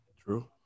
True